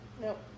Nope